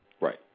Right